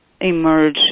emerge